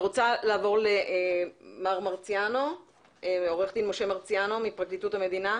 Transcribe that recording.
אנחנו לא מצליחים לשמוע את משה מרציאנו מפרקליטות המדינה.